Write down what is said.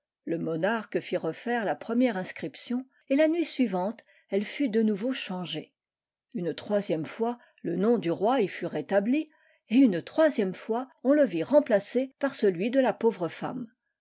le monarque fit refaire la première inscription et la nuit suivante elle fut de nouveau changée une troisième fois le nom du roi y fut rétabli et une troisième fois on le vit remplacé par celui de la pauvre temmo